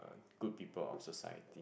good people of society